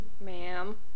ma'am